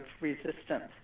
resistance